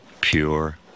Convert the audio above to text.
Pure